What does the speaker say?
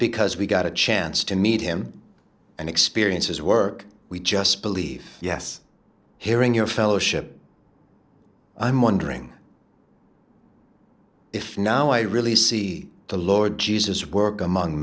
because we got a chance to meet him and experiences work we just believe yes hearing your fellowship i'm wondering if now i really see the lord jesus work among